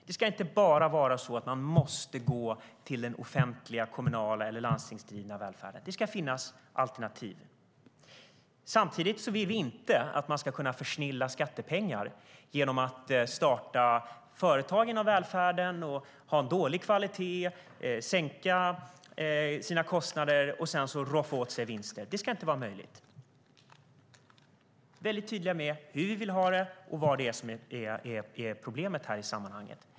Det ska inte vara så att man måste gå till den offentliga kommunala eller landstingsdrivna välfärden. Det ska finnas alternativ. Samtidigt vill vi inte att man ska kunna försnilla skattepengar genom att starta företag inom välfärden, ha en dålig kvalitet, sänka sina kostnader och sedan roffa åt sig vinsten. Det ska inte vara möjligt. Vi är tydliga med hur vi vill ha det och vad som är problemet i sammanhanget.